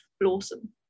blossom